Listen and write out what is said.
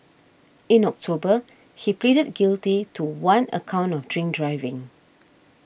in October he pleaded guilty to one account of drink driving